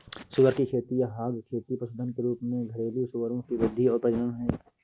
सुअर की खेती या हॉग खेती पशुधन के रूप में घरेलू सूअरों की वृद्धि और प्रजनन है